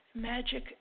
Magic